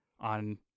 on